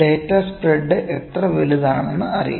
data spread എത്ര വലുതാണെന്ന് അറിയാൻ